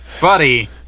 buddy